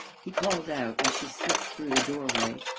he called out as she slipped through the doorway,